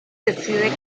decide